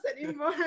anymore